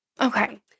Okay